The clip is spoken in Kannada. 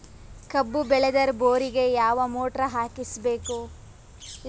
ಕಬ್ಬು ಬೇಳದರ್ ಬೋರಿಗ ಯಾವ ಮೋಟ್ರ ಹಾಕಿಸಬೇಕು?